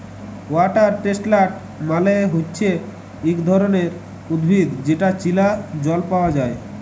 water chestnut মালে হচ্যে ইক ধরণের উদ্ভিদ যেটা চীলা জল পায়া যায়